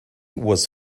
was